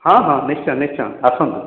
ହଁ ହଁ ନିଶ୍ଚୟ ନିଶ୍ଚୟ ଆସନ୍ତୁ